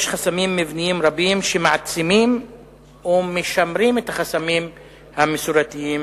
יש חסמים מבניים רבים שמעצימים או משמרים את החסמים המסורתיים